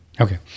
Okay